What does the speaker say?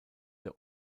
der